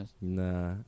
Nah